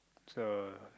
so